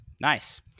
nice